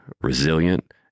resilient